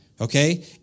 okay